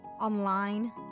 online